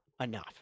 enough